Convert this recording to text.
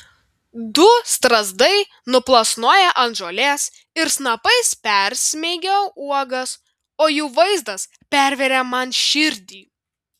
du strazdai nuplasnoja ant žolės ir snapais persmeigia uogas o jų vaizdas perveria man širdį